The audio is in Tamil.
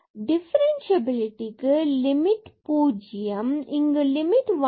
டிபரன்சியபிலிடிக்கு லிமிட் limit 0 மற்றும் இங்கு லிமிட் 1 square root 2